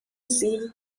seal